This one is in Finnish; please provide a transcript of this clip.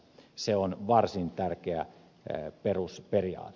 se on varsin tärkeä perusperiaate